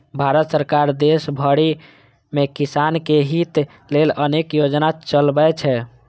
भारत सरकार देश भरि मे किसानक हित लेल अनेक योजना चलबै छै